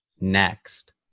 next